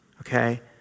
okay